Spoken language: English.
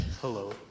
hello